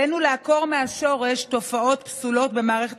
עלינו לעקור מהשורש תופעות פסולות במערכת